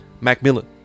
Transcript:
Macmillan